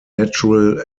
natural